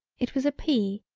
it was a pea,